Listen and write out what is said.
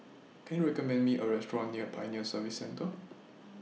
Can YOU recommend Me A Restaurant near Pioneer Service Centre